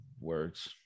words